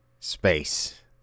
Space